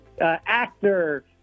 actor